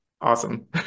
Awesome